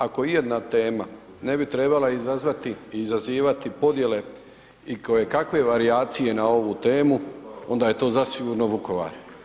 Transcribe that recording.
Ako ijedna tema ne bi trebala izazvati i izazivati podjele i kojekakve varijacije na ovu temu, onda je to zasigurno Vukovar.